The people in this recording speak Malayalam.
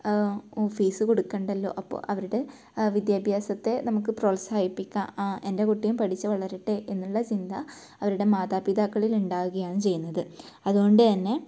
ഓ ഫീസ് കൊടുക്കണ്ടല്ലോ അപ്പോൾ അവരുടെ വിദ്യാഭ്യാസത്തെ നമുക്ക് പ്രോത്സാഹിപ്പിക്കാം ആ എൻ്റെ കുട്ടിയും പഠിച്ച് വളരട്ടെ എന്നുള്ള ചിന്ത അവരുടെ മാതാപിതാക്കളിൽ ഉ ണ്ടാക്കുകയാണ് ചെയ്യുന്നത് അതുകൊണ്ട് തന്നെ